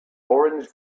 orange